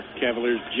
Cavaliers